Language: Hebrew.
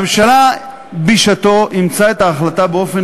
הממשלה אימצה בשעתה את ההמלצה באופן